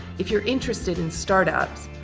if you're interested in startups,